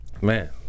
Man